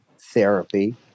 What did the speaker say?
therapy